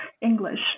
English